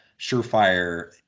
surefire